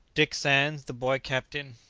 dick sands the boy captain.